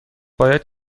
باید